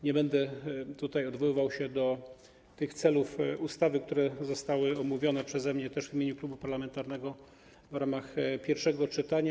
Nie będę tutaj odwoływał się do tych celów ustawy, które zostały omówione przeze mnie w wystąpieniu w imieniu klubu parlamentarnego w ramach pierwszego czytania.